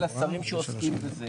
שעוסקים בזה